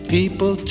People